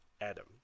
Adam